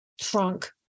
trunk